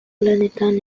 lanetan